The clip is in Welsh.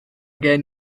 gen